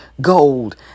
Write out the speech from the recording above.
gold